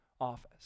office